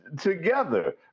together